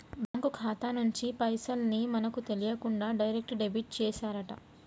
bank ఖాతా నుంచి పైసల్ ని మనకు తెలియకుండా డైరెక్ట్ డెబిట్ చేశారట